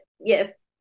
yes